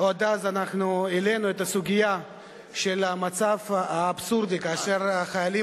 עוד אז העלינו את הסוגיה של המצב האבסורדי שחיילים